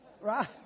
Right